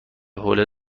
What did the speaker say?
حوله